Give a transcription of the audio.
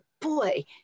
boy